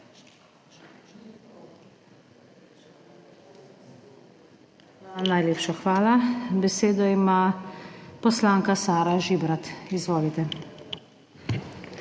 Najlepša hvala. Besedo ima poslanka Sara Žibrat. Izvolite.